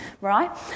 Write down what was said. Right